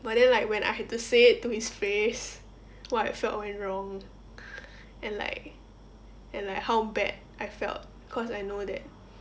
but then like when I had to say it to his face what I felt went wrong and like and like how bad I felt cause I know that